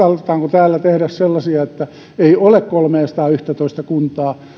täällä tehdä sellaista ettei ole kolmeasataayhtätoista kuntaa